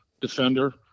defender